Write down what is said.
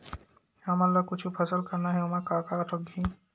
हमन ला कुछु फसल करना हे ओमा का का लगही?